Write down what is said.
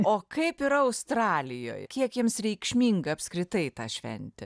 o kaip yra australijoj kiek jiems reikšminga apskritai ta šventė